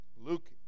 Luke